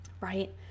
right